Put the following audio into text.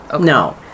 no